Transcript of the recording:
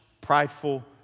prideful